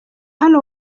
hano